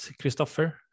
Christopher